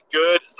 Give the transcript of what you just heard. good